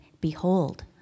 Behold